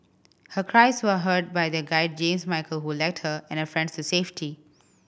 her cries were heard by their guide James Michael who her and her friends to safety